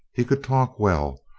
he could talk well,